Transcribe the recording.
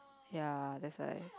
ya that's like